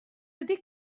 ydy